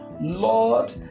Lord